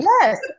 Yes